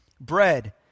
bread